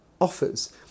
offers